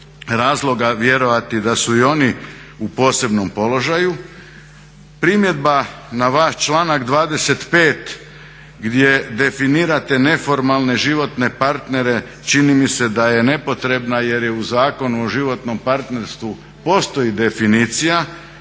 razloga vjerovati da su i oni u posebnom položaju. Primjedba na vaš članak 25. gdje definirate neformalne životne partnere čini mi se da je nepotrebna jer je u Zakonu o životnom partnerstvu postoji definicija